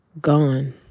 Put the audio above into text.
gone